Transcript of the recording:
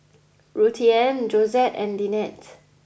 Ruthanne Josette and Linette